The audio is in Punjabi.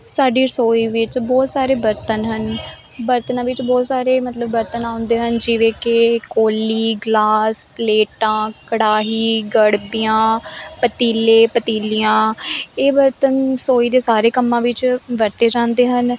ਸਾਡੀ ਰਸੋਈ ਵਿੱਚ ਬਹੁਤ ਸਾਰੇ ਬਰਤਨ ਹਨ ਬਰਤਨਾਂ ਵਿੱਚ ਬਹੁਤ ਸਾਰੇ ਮਤਲਬ ਬਰਤਨ ਆਉਂਦੇ ਹਨ ਜਿਵੇਂ ਕਿ ਕੌਲੀ ਗਲਾਸ ਪਲੇਟਾਂ ਕੜਾਹੀ ਗੜਵੀਆਂ ਪਤੀਲੇ ਪਤੀਲੀਆਂ ਇਹ ਬਰਤਨ ਰਸੋਈ ਦੇ ਸਾਰੇ ਕੰਮਾਂ ਵਿੱਚ ਵਰਤੇ ਜਾਂਦੇ ਹਨ